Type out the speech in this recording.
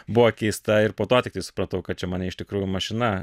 buvo keista ir po to tik tai supratau kad čia mane iš tikrųjų mašina